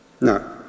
no